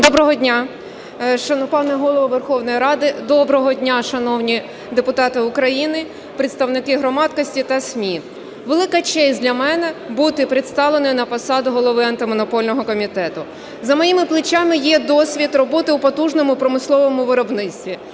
Доброго дня, шановні депутати України, представники громадськості та ЗМІ! Велика честь для мене бути представленою на посаду Голови Антимонопольного комітету. За моїми плечима є досвід роботи у потужному і промисловому виробництві,